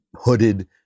hooded